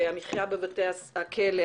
המחיה בבתי הכלא,